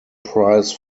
price